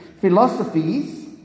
philosophies